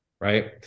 Right